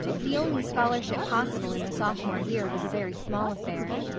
the only scholarship possible in the sophomore year was a very small affair.